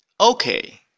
Okay